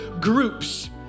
GROUPS